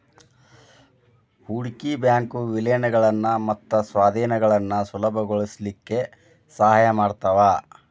ಹೂಡ್ಕಿ ಬ್ಯಾಂಕು ವಿಲೇನಗಳನ್ನ ಮತ್ತ ಸ್ವಾಧೇನಗಳನ್ನ ಸುಲಭಗೊಳಸ್ಲಿಕ್ಕೆ ಸಹಾಯ ಮಾಡ್ತಾವ